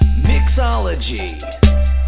mixology